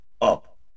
up